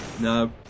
No